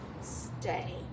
stay